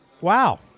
wow